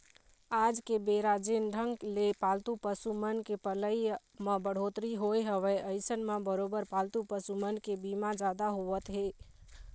आज के बेरा जेन ढंग ले पालतू पसु मन के पलई म बड़होत्तरी होय हवय अइसन म बरोबर पालतू पसु मन के बीमा जादा होवत हे